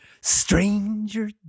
Stranger